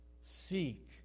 Seek